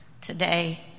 today